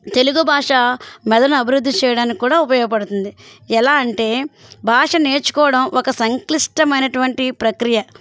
తెలుగు భాష మెదడును అభివృద్ధి చేయడానికి కూడా ఉపయోగపడుతుంది ఎలా అంటే భాష నేర్చుకోవడం ఒక సంక్లిష్టమైనటువంటి ప్రక్రియ